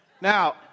Now